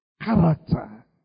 Character